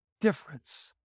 difference